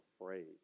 afraid